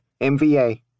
MVA